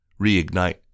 reignite